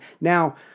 Now